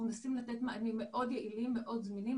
אנחנו מנסים לתת מענים מאוד יעילים, מאוד זמינים.